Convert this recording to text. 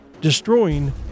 destroying